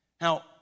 Now